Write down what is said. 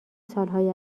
سالهای